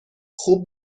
خوب